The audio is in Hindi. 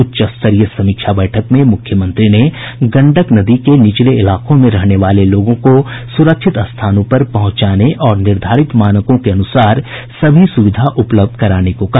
उच्च स्तरीय समीक्षा बैठक में मुख्यमंत्री ने गंडक नदी के निचले इलाकों में रहने वाले लोगों को सुरक्षित स्थानों पर पहुंचाने और निर्धारित मानकों के अनुसार सभी सुविधा उपलब्ध कराने को कहा